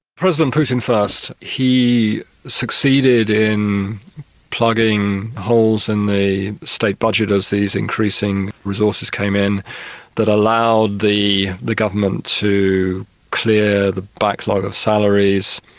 president putin, first he succeeded in plugging holes in the state budget as these increasing resources came in that allowed the the government to clear the backlog of salaries,